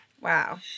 Wow